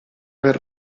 per